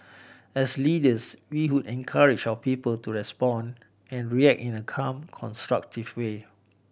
as leaders we would encourage our people to respond and react in a calm constructive way